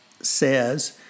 says